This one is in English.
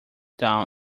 down